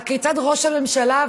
הכיצד ראש הממשלה,